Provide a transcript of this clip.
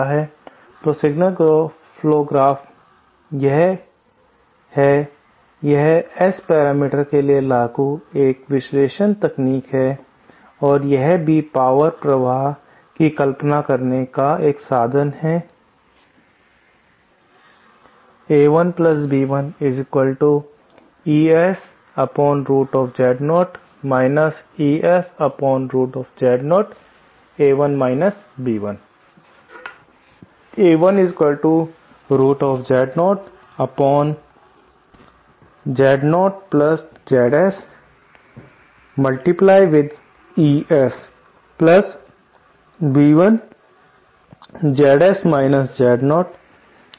तो signal flow graph यह क्या है यह S पैरामीटर्स के लिए लागू एक विश्लेषण तकनीक है और यह भी पावर प्रवाह की कल्पना करने का एक साधन है यह दो बातें हैं